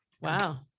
Wow